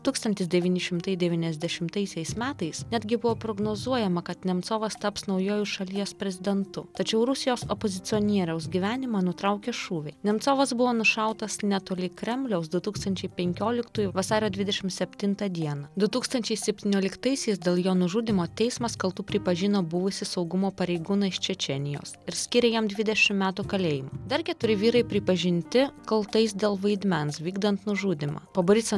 tūkstantis devyni šimtai devyniasdešimtaisiais metais netgi buvo prognozuojama kad nemcovas taps naujuoju šalies prezidentu tačiau rusijos opozicionieriaus gyvenimą nutraukė šūviai nemcovas buvo nušautas netoli kremliaus du tūkstančiai penkioliktųjų vasario dvidešimt septintą dienądu tūkstančiai septynioliktaisiais dėl jo nužudymo teismas kaltu pripažino buvusį saugumo pareigūną iš čečėnijos ir skyrė jam dvidešimt metų kalėjime dar keturi vyrai pripažinti kaltais dėl vaidmens vykdant nužudymą po boriso